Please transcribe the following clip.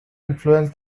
influence